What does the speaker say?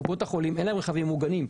לקופות החולים אין רכבים ממוגנים.